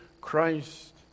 Christ